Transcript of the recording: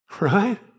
right